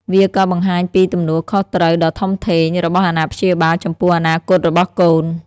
វាក៏បង្ហាញពីទំនួលខុសត្រូវដ៏ធំធេងរបស់អាណាព្យាបាលចំពោះអនាគតរបស់កូន។